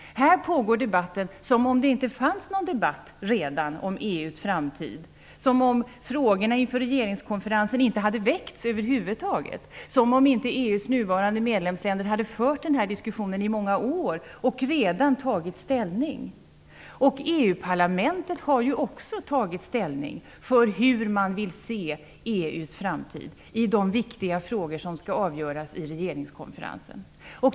Här pågår debatten som om det inte redan fanns någon debatt om EU:s framtid, som om frågorna inför regeringskonferensen över huvud taget inte hade väckts, som om inte EU:s nuvarande medlemsländer inte hade fört den här diskussionen i många år och redan tagit ställning. EU-parlamentet har ju också tagit ställning för hur man vill se EU:s framtid när det gäller de viktiga frågor som skall avgöras vid regeringskonferensen.